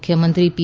મુખ્યમંત્રી પી